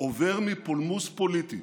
עובר מפולמוס פוליטי,